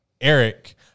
Eric